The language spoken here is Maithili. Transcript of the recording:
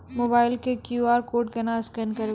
मोबाइल से क्यू.आर कोड केना स्कैन करबै?